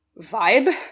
vibe